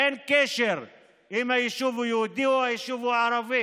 אין קשר אם היישוב הוא יהודי או היישוב הוא ערבי.